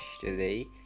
today